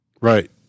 Right